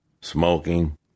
smoking